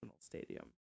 stadium